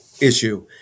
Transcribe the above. issue